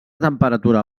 temperatura